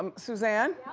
um suzanne?